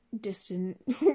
distant